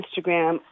Instagram